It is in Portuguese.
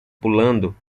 pulando